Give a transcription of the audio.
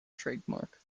trademark